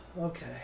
Okay